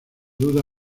duda